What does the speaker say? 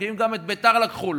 כי אם גם את ביתר לקחו לו,